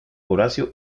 horacio